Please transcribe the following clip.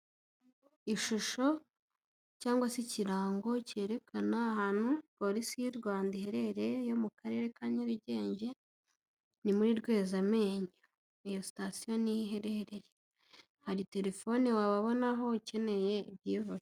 Ishusho cyangwa se ikirango cyerekana ahantu polisi y'u Rwanda iherereye yo mu karere ka Nyarugenge, ni muri Rwezamenyo, iyo sitasiyo niyo iherereye, hari telefoni wababona aho ukeneye ibyihutirwa.